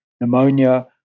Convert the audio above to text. pneumonia